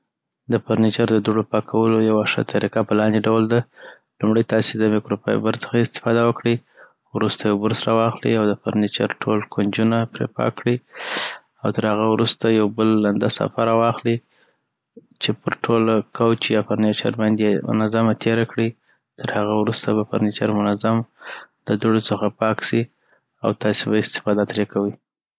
د فرنیچر د دوړو پاکولو یوه ښه طریقه په لاندي ډول ده لومړي تاسی د میکروفیبر څخه استفاده وکړي وروسته یو برس راواخلي د فرنیچر ټول کنجونه پري پاک کړي او تر هغه وروسته یو بل لنده ساپه راواخلي چی پرټوله کوچ یا فرنیچر باندی یی منظمه تیره کړی .ترهغه وروسته به فرنیچر منظم د دړو څخه پاک سی اوتاسی به استفاده تری کوی